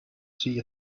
see